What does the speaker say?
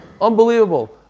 unbelievable